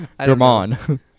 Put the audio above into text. german